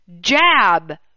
jab